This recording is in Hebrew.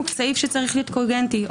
הוא סעיף שצריך להיות קוגנטי,